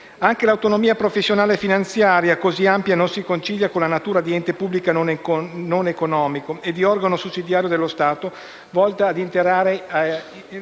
Anche l'autonomia professionale finanziaria così ampia non si concilia con la natura di ente pubblico non economico e di organo sussidiario dello Stato volta a tutelare